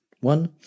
One